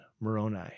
Moroni